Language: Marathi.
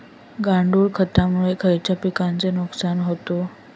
गांडूळ खतामुळे खयल्या पिकांचे नुकसान होते?